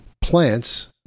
plants